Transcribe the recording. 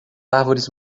árvores